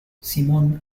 simón